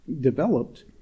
developed